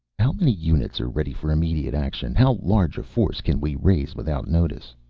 how many units are ready for immediate action? how large a force can we raise without notice?